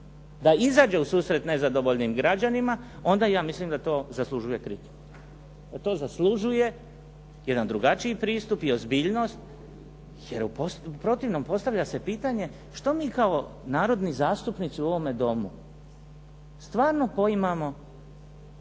da izađe u susret nezadovoljnim građanima onda ja mislim da to zaslužuje kritiku, da to zaslužuje jedan drugačiji pristup i ozbiljnost jer u protivnom postavlja se pitanje što mi kao narodni zastupnici u ovome domu stvarno poimamo